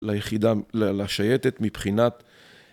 ליחידה, ל-לשייטת, מבחינת...